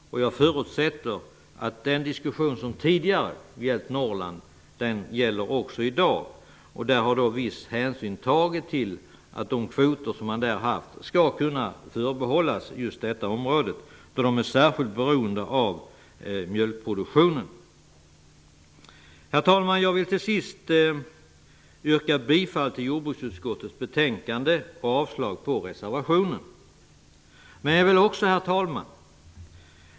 Jag förutsätter att den diskussion som tidigare gällt Norrland också gäller i dag. Där har vissa hänsyn tagits till att de kvoter som man haft skall kunna förbehållas just detta område, som är särskilt beroende av mjölkproduktionen. Herr talman! Jag vill slutligen yrka bifall till hemställan i jordbruksutskottets betänkande och avslag på reservationen. Herr talman!